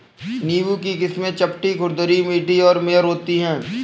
नींबू की किस्में चपटी, खुरदरी, मीठी और मेयर होती हैं